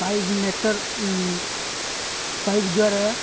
pipe network pipe ଦ୍ୱାରା